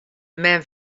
men